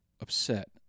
upset